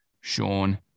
Sean